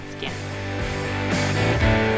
Skin